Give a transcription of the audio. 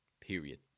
Period